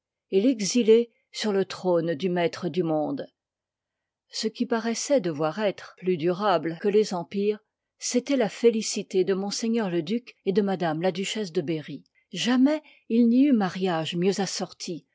et l'exilé sur le trône du maître du monde ce qui paroissoit devoir être plus durable que les empires c'étoit la félicité de m le duc et de mtm la duchesse de berry jamais il n'y eut mariage mieux assorti